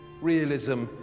Realism